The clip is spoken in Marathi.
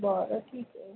बरं ठीक आहे